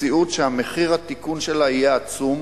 מציאות שמחיר התיקון שלה יהיה עצום.